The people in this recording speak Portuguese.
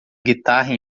guitarra